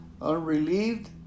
Unrelieved